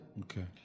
Okay